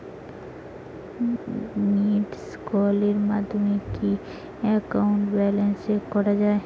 Missed কলের মাধ্যমে কি একাউন্ট ব্যালেন্স চেক করা যায়?